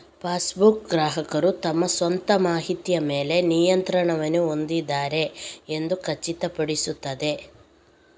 passbook, ಗ್ರಾಹಕರು ತಮ್ಮ ಸ್ವಂತ ಮಾಹಿತಿಯ ಮೇಲೆ ನಿಯಂತ್ರಣವನ್ನು ಹೊಂದಿದ್ದಾರೆ ಎಂದು ಖಚಿತಪಡಿಸುತ್ತದೆ